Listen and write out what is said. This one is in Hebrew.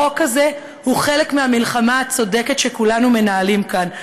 החוק הזה הוא חלק מהמלחמה הצודקת שכולנו מנהלים כאן,